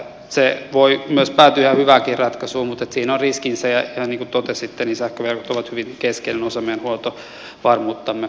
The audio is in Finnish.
se voi myös päätyä hyväänkin ratkaisuun mutta siinä on riskinsä ja ihan niin kuin totesitte sähköverkot ovat hyvin keskeinen osa meidän huoltovarmuuttamme